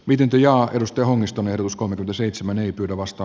pidempi ajatusta omistaneet uskomatonta seitsemän ei pyydä vasta